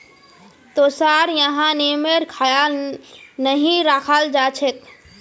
तोसार यहाँ नियमेर ख्याल नहीं रखाल जा छेक